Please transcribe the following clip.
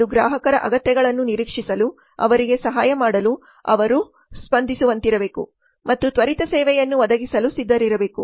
ಅದು ಗ್ರಾಹಕರ ಅಗತ್ಯಗಳನ್ನು ನಿರೀಕ್ಷಿಸಲು ಅವರಿಗೆ ಸಹಾಯ ಮಾಡಲು ಅವರು ಸ್ಪಂದಿಸುವಂತಿರಬೇಕು ಮತ್ತು ತ್ವರಿತ ಸೇವೆಯನ್ನು ಒದಗಿಸಲು ಸಿದ್ಧರಿರಬೇಕು